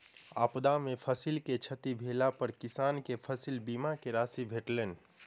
आपदा में फसिल के क्षति भेला पर किसान के फसिल बीमा के राशि भेटलैन